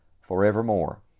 forevermore